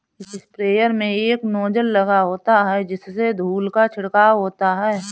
sprayer में एक nozzle लगा होता है जिससे धूल का छिड़काव होता है